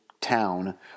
town